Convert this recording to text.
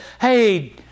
hey